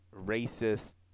racist